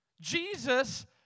Jesus